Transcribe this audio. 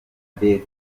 david